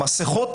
המסכות